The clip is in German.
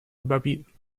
überbieten